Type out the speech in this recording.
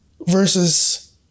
versus